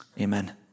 Amen